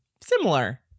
similar